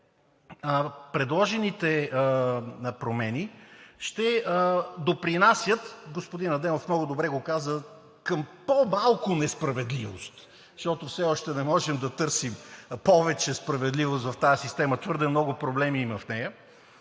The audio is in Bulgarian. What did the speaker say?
предложените промени ще допринасят – господин Адемов много добре го каза: към по-малко несправедливост? Защото все още не можем да търсим повече справедливост в тази система, твърде много проблеми има в нея,